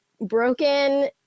broken